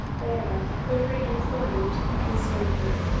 whereof they were informed concerning thee,